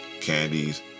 candies